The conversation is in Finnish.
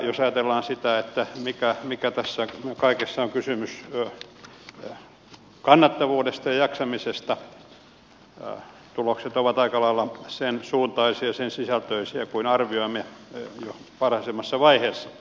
jos ajatellaan sitä mistä tässä kaikessa on kysymys kannattavuutta ja jaksamista tulokset ovat aika lailla sen suuntaisia sen sisältöisiä mitä arvioimme jo varhaisemmassa vaiheessa